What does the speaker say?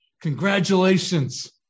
Congratulations